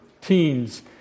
teens